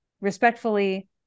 respectfully